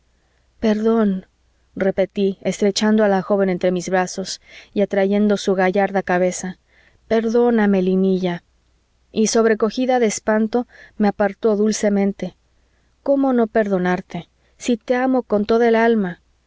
perdón repetí estrechando a la joven entre mis brazos y atrayendo su gallarda cabeza perdóname linilla y sobrecogida de espanto me apartó dulcemente cómo no perdonarte si te amo con toda el alma